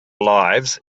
lives